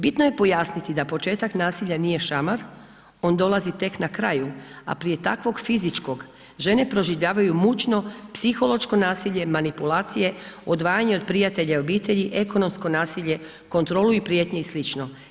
Bitno je pojasniti da početak nasilja nije šamar, on dolazi tek na kraju, a prije takvog fizičkog žene proživljavaju mučno psihološko nasilje, manipulacije, odvajanje od prijatelja i obitelji, ekonomsko nasilje, kontrolu i prijetnje i slično.